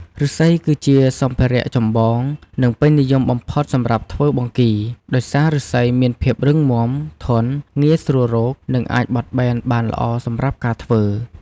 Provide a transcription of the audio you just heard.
ឫស្សី គឺជាសម្ភារៈចម្បង និងពេញនិយមបំផុតសម្រាប់ធ្វើបង្គី ដោយសារឫស្សីមានភាពរឹងមាំ ធន់ ងាយស្រួលរក និងអាចបត់បែនបានល្អសម្រាប់ការធ្វើ។